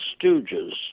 stooges